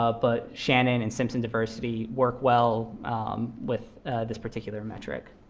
ah but shannon and simpson diversity work well with this particular metric.